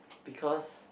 because